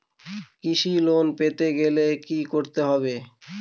কৃষি লোন পেতে হলে কি করতে হবে?